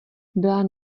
byla